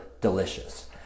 delicious